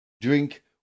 Drink